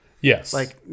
Yes